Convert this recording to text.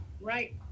Right